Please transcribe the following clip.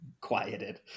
quieted